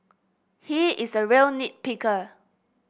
he is a real nit picker